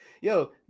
Yo